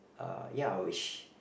uh ya which